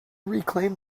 reclaim